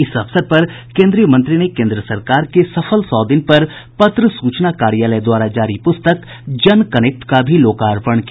इस अवसर पर केन्द्रीय मंत्री ने केन्द्र सरकार के सफल सौ दिन पर पत्र सूचना कार्यालय द्वारा जारी पुस्तक जन कनेक्ट का लोकार्पण भी किया